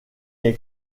est